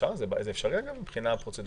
אגב, זה אפשרי מבינה פרוצדורלית?